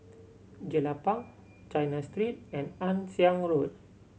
Jelapang China Street and Ann Siang Road